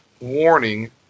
warning